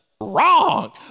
Wrong